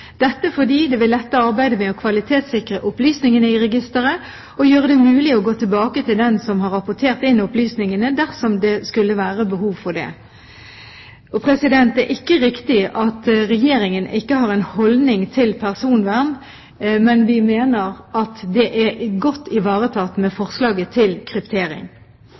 dette fordi det vil lette arbeidet med å kvalitetssikre opplysningene i registeret og gjøre det mulig å gå tilbake til den som har rapportert inn opplysningene, dersom det skulle være behov for det. Det er ikke riktig at Regjeringen ikke har en holdning til personvern. Men vi mener at det er godt ivaretatt med forslaget til kryptering.